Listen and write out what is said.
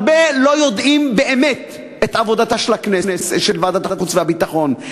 הרבה לא יודעים באמת מה עבודתה של ועדת החוץ והביטחון.